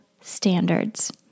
standards